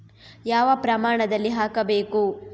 ಯಾವ ಪ್ರಮಾಣದಲ್ಲಿ ಹಾಕಬೇಕು?